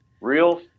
real